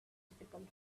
difficult